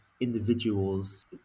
individuals